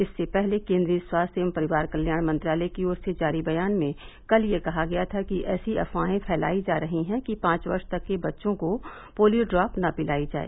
इससे पहले केन्द्रीय स्वास्थ्य एवं परिवार कल्याण मंत्रालय की ओर से जारी बयान में कल यह कहा गया था कि ऐसी अफवाहें फैलायी जा रही है कि पांच वर्ष तक के बच्चों को पोलियो डॉप न पिलायी जाए